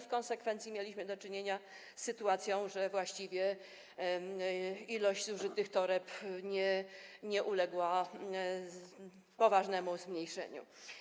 W konsekwencji mieliśmy do czynienia z sytuacją, że właściwie ilość zużytych toreb nie uległa poważnemu zmniejszeniu.